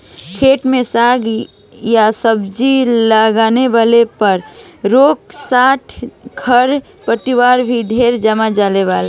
खेत में साग आ सब्जी लागावला पर ओकरा साथे खर पतवार भी ढेरे जाम जाला